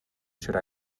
should